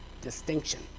distinction